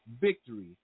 victory